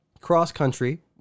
cross-country